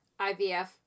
IVF